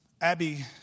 Abby